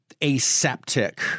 aseptic